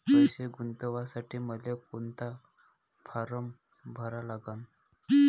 पैसे गुंतवासाठी मले कोंता फारम भरा लागन?